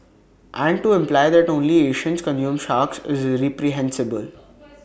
and to imply that only Asians consume sharks is reprehensible